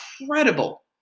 incredible